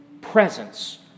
presence